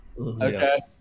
Okay